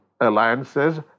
alliances